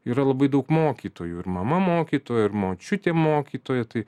yra labai daug mokytojų ir mama mokytoja ir močiutė mokytoja tai